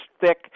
thick